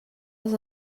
les